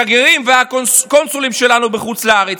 השגרירים והקונסולים שלנו בחוץ לארץ